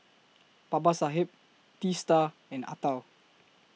Babasaheb Teesta and Atal